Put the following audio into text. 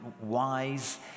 wise